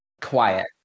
Quiet